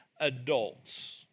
adults